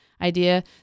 idea